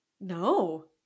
No